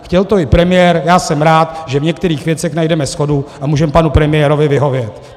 Chtěl to i premiér, já jsem rád, že v některých věcech najdeme shodu a můžeme panu premiérovi vyhovět.